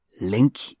Link